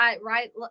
right